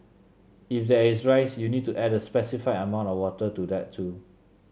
if there is rice you'll need to add a specified amount of water to that too